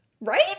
right